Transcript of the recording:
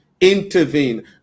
intervene